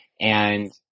And-